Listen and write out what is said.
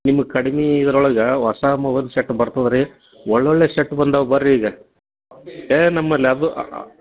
ನಿಮಗೆ ಕಡ್ಮೆ ಇದ್ರೊಳಗೆ ಹೊಸ ಮೊಬೈಲ್ ಸೆಟ್ ಬರ್ತದೆ ರೀ ಒಳ್ಳೊಳ್ಳೆಯ ಸೆಟ್ ಬಂದವೆ ಬರ್ರಿ ಈಗ ಏಯ್ ನಮ್ಮಲ್ಲಿ ಅದು ಆ ಆ